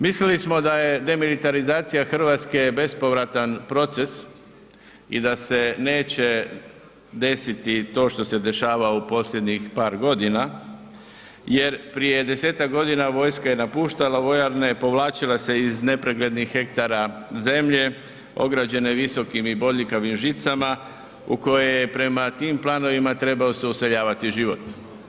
Mislili smo da je demilitarizacija Hrvatske bespovratan proces i da se neće desiti to što se dešava u posljednjih par godina jer prije 10-ak godina vojska je napuštala vojarne, povlačila se iz nepreglednih hektara zemlje, ograđena je visokim i bodljikavim žicama u koje je prema tim planovima trebao se useljavati život.